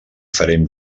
farem